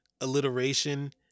alliteration